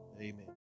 Amen